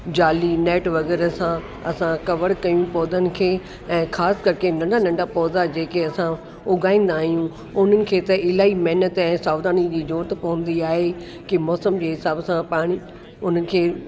जाली नेट वग़ैरह सां असां कवर कयूं पौधनि खे ऐं ख़ासि करके नंढा नंढा पौधा जेके असां उगाइंदा आहियूं उननि खे त इलाही महिनत ऐं सावधानीअ जी जरूरत पवंदी आहे की मौसम जे हिसाब सां पाणी उननि खे